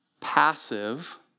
passive